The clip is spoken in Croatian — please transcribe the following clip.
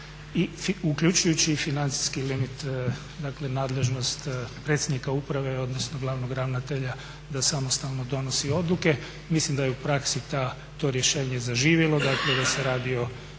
uključujući i financijski limit, dakle nadležnost predsjednika uprave odnosno glavnog ravnatelja da samostalno donosi odluke. Mislim da je u praksi to rješenje zaživjelo, dakle da se radi o